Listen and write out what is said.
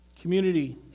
community